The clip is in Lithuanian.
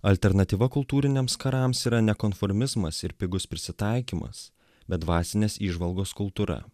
alternatyva kultūriniams karams yra ne konformizmas ir pigus prisitaikymas bet dvasinės įžvalgos kultūra